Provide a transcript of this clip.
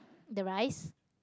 the rice